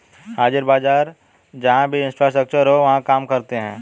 हाजिर बाजार जहां भी इंफ्रास्ट्रक्चर हो वहां काम कर सकते हैं